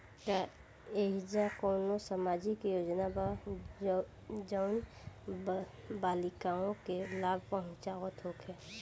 का एइसन कौनो सामाजिक योजना बा जउन बालिकाओं के लाभ पहुँचावत होखे?